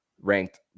ranked